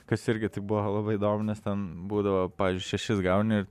kas irgi tai buvo labai įdomu nes ten būdavo pavyzdžiui šešis gauni